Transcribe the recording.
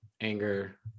anger